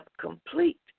complete